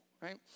right